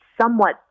somewhat